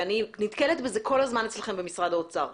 ואני נתקלת בזה אצלכם כול הזמן במשרד האוצר.